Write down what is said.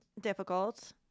difficult